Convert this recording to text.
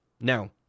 Now